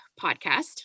podcast